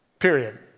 period